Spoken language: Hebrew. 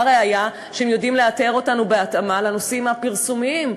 והראיה: הם יודעים לאתר אותנו בהתאמה לנושאים הפרסומיים.